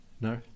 No